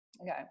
okay